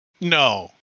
no